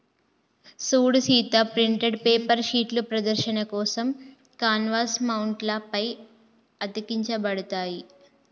సూడు Sita printed paper షీట్లు ప్రదర్శన కోసం కాన్వాస్ మౌంట్ల పై అతికించబడతాయి